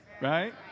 right